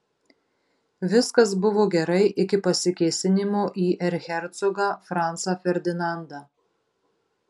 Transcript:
viskas buvo gerai iki pasikėsinimo į erchercogą francą ferdinandą